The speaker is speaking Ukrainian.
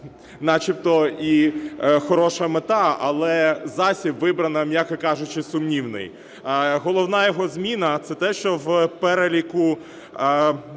начебто і хороша мета, але засіб вибрано, м’яко кажучи, сумнівний. Головна його зміна – це те, що в переліку